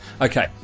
Okay